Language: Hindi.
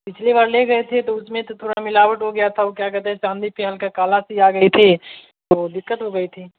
पिछली बार ले गए थे तो उसमें तो थोड़ा मिलावट हो गया था वह क्या कहते है चाँदी पर हल्का सा काला सी आ गई थी तो दिक्कत हो गई थी